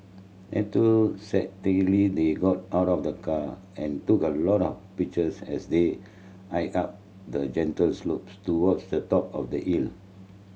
enthusiastically they got out of the car and took a lot of pictures as they hiked up the gentle slope towards the top of the hill